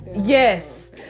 yes